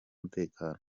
umutekano